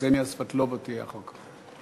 וקסניה סבטלובה תהיה אחר כך.